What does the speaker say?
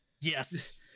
Yes